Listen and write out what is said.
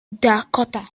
dakota